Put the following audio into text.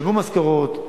ישלמו משכורות,